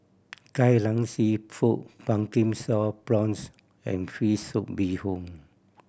Kai Lan Seafood Pumpkin Sauce Prawns and fish soup bee hoon